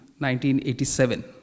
1987